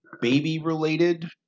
baby-related